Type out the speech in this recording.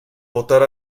votar